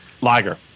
Liger